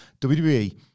WWE